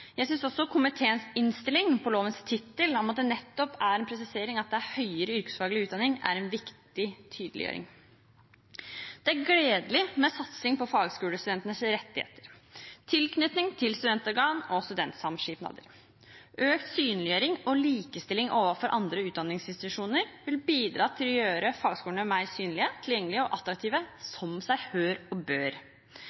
Jeg synes også komiteens innstilling til lovens tittel – at den nettopp er en presisering av at det gjelder høyere yrkesfaglig utdanning – er en viktig tydeliggjøring. Det er gledelig med en satsing på fagskolestudentenes rettigheter. Tilknytning til studentorgan og studentsamskipnader, økt synliggjøring og likestilling med andre utdanningsinstitusjoner vil bidra til å gjøre fagskolene mer synlige, tilgjengelige og attraktive